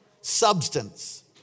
Substance